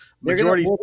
majority